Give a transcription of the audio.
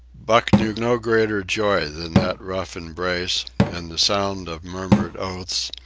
buck knew no greater joy than that rough embrace and the sound of murmured oaths,